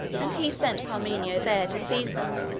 and he sent parmenio there to seize them.